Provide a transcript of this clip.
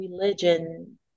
religion